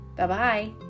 Bye-bye